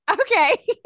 okay